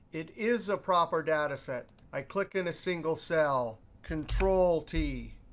it is a proper data set. i click in a single cell, control t.